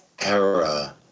era